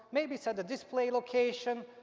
maybe set a display location,